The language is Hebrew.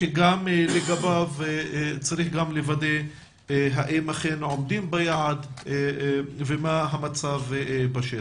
כנראה צריך לוודא האם אכן עומדים בו ומה המצב בשטח.